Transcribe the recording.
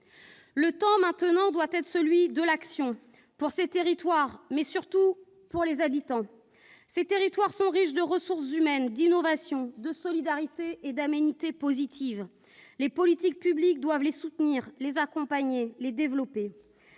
Le temps maintenant doit être celui de l'action, pour ces territoires, mais surtout pour leurs habitants. Ces territoires sont riches de ressources humaines, d'innovation, de solidarité et d'aménités positives. Les politiques publiques doivent les soutenir, les accompagner, les développer.